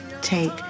take